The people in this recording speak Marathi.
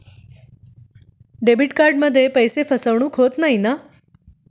डेबिट कार्डमध्ये पैसे फसवणूक होत नाही ना?